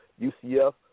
UCF